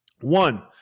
One